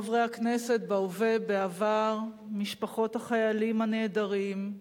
חברי הכנסת בהווה ובעבר, משפחות החיילים הנעדרים,